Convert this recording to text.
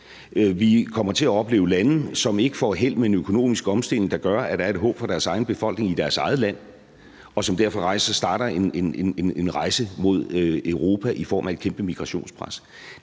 Vi kommer til at opleve lande, som ikke får held med en økonomisk omstilling, der gør, at der er et håb for deres egen befolkning i deres eget land, og som derfor starter en rejse mod Europa i form af et kæmpe migrationspres.